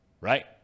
Right